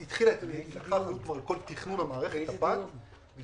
היא התחילה את כל תכנון המערכת אבל היא